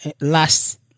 last